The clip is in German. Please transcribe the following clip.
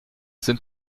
sind